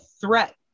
threat